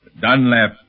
Dunlap